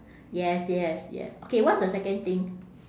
yes yes yes okay what's the second thing